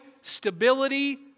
stability